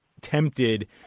tempted